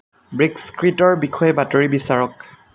ব্ৰেক্সিটৰ বিষয়ে বাতৰি বিচাৰক